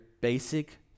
basic